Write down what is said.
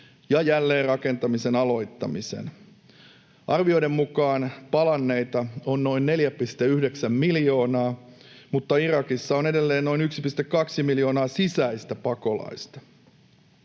ja jälleenrakentamisen aloittamisen. Arvioiden mukaan palanneita on noin 4,9 miljoonaa, mutta Irakissa on edelleen noin 1,2 miljoonaa sisäistä pakolaista.